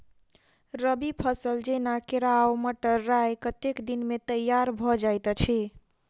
रबी फसल जेना केराव, मटर, राय कतेक दिन मे तैयार भँ जाइत अछि?